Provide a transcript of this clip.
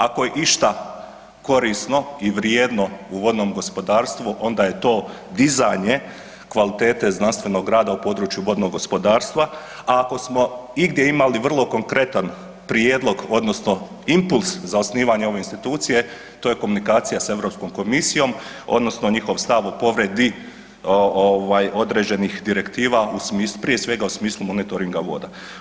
Ako je išta korisno i vrijedno u vodnom gospodarstvu, onda je to dizanje kvalitete znanstvenog rada u području vodnog gospodarstva a ako smo igdje imali vrlo konkretan prijedlog odnosno impuls za osnivanje ove institucije, to je komunikacija za Europskom komisijom odnosno njihov stav o povredi određenih direktiva, prije svega u smislu monitoringa voda.